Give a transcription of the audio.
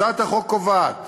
הצעת החוק קובעת